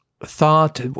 thought